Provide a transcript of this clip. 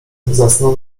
zasnął